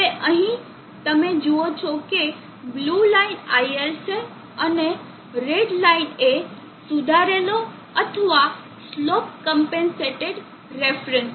હવે અહીં તમે જુઓ છો કે બ્લુ લાઇન IL છે અને રેડ લાઇન એ સુધારેલો અથવા સ્લોપ ક્મ્પેન્સેટેડ રેફરન્સ છે